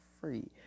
free